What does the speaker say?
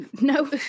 no